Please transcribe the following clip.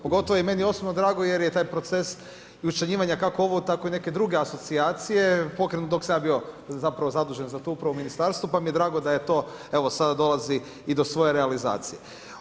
Pogotovo i meni je osobno drago jer je taj proces i učlanjivanja kako ovo tako i neke druge asocijacije pokrenut dok sam ja bio zapravo zadužen za to upravo u ministarstvu pa mi je drago da je to, evo sada dolazi i do svoje realizacije.